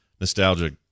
nostalgic